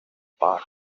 part